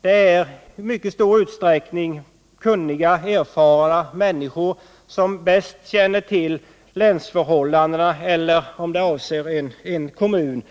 Det är i mycket stor utsträckning kunniga och erfarna människor, de som bäst känner till länets eller kommunens förhållanden,